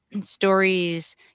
stories